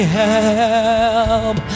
help